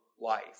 life